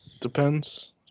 depends